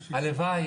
הלוואי.